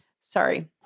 sorry